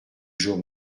jours